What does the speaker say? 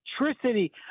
electricity